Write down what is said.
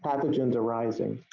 pathogens arising.